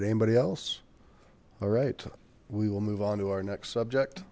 anybody else all right we will move on to our next subject